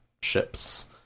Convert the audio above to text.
ships